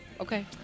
okay